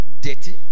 dirty